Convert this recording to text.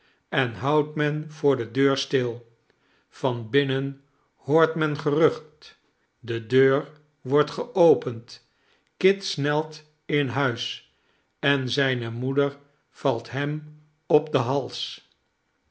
en houdt men voor de deur stil van binnen hoort men gerucht de deur wordt geopend kit snelt in huis en zijne moeder valt hem op den hals